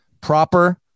proper